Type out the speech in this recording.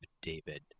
David